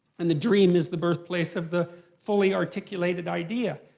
and the dream is the birthplace of the fully articulated idea.